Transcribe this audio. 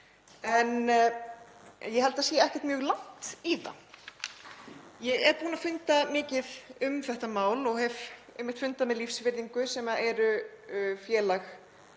Ég held að það sé ekkert mjög langt í það. Ég er búin að funda mikið um þetta mál og hef einmitt fundað með Lífsvirðingu sem er félag